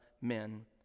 men